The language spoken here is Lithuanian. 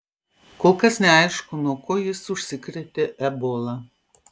kol kas neaišku nuo ko jis užsikrėtė ebola